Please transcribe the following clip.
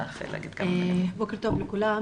בוקר טוב לכולם.